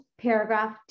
paragraph